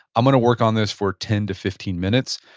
i'm going to work on this for ten to fifteen minutes.